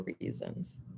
reasons